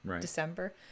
December